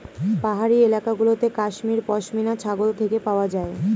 পাহাড়ি এলাকা গুলোতে কাশ্মীর পশমিনা ছাগল থেকে পাওয়া যায়